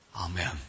Amen